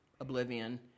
Oblivion